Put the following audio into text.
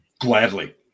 Gladly